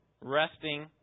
resting